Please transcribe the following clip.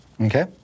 Okay